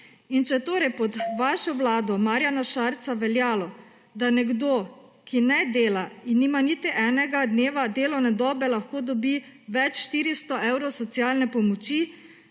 In če je torej pod vašo vlado, Marjana Šarca, veljalo, da nekdo, ki ne dela in nima niti enega dneva delovne dobe, lahko dobi več kot 400 evrov socialne pomoči,